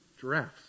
giraffes